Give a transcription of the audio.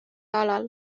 alal